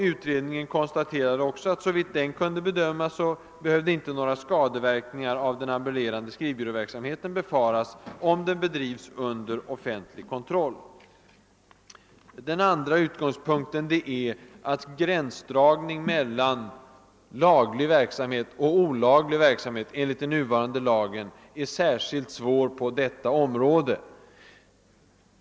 Utredningen konstaterade också att såvitt den kunde bedöma behöver inte några skadeverkningar av den ambulerande skrivbyråverksamheten befaras om den bedrivs under offentlig kontroll. ' Den andra utgångspunkten är att gränsdragning mellan laglig verksamhet och olaglig verksamhet enligt den huvarande lagen är särskilt svår att göra på detta område.